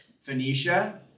Phoenicia